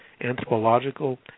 anthropological